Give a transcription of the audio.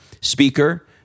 speaker